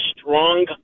strong